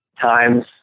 times